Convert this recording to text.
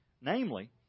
Namely